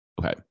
Okay